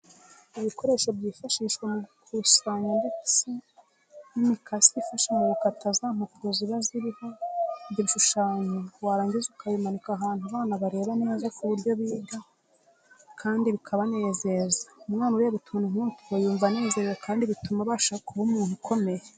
Ibikoresho byifashishwa mu gushushanya ndetse n'imikasi ifasha mu gutaka za mpapuro ziba ziriho ibyo bishushanyo warangiza ukabimanika ahantu abana bareba neza ku buryo biga kandi bikabanezeza. Umwana ureba utuntu nk'utwo yumva anezerewe kandi bituma abasha kuba umuntu ukomeye.